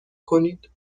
کنید